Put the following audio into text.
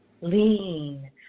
lean